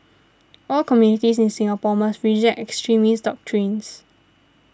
all communities in Singapore must reject extremist doctrines